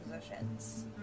positions